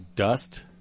Dust